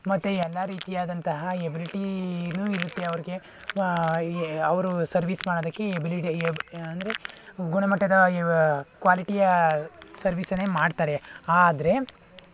ಮತ್ತೆ ಎಲ್ಲ ರೀತಿ ಆದಂತಹ ಎಬಿಲಿಟಿನೂ ಇರುತ್ತೆ ಅವರಿಗೆ ಈ ಅವರು ಸರ್ವೀಸ್ ಮಾಡೋದಕ್ಕೆ ಎಬಿಲಿಡೇ ಅಂದರೆ ಗುಣಮಟ್ಟದ ಈ ವ ಕ್ವಾಲಿಟಿಯ ಸರ್ವಿಸನ್ನೇ ಮಾಡುತ್ತಾರೆ ಆದರೆ